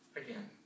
again